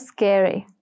scary